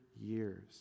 years